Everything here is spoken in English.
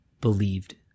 believed